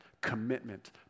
commitment